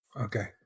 Okay